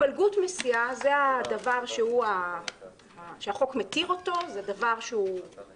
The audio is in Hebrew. התפלגות מסיעה זה הדבר שהחוק מכיר והוא מקובל,